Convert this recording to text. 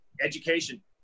Education